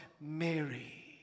Mary